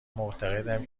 معتقدم